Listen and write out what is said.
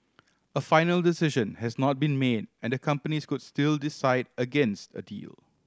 a final decision has not been made and the companies could still decide against a deal